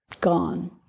Gone